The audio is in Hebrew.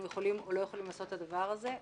יכולים או לא יכולים לעשות את הדבר הזה.